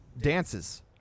dances